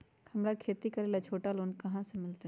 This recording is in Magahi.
हमरा खेती ला छोटा लोने कहाँ से मिलतै?